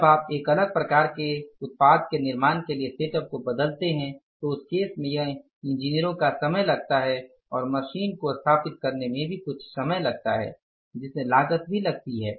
जब आप एक अलग प्रकार के उत्पाद के निर्माण के लिए सेटअप को बदलते हैं तो उस केस में यह इंजीनियरों का समय लगता है और मशीन को स्थापित करने में भी कुछ समय लगता है जिसमे लागत भी लगती है